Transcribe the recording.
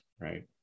right